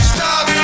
Stop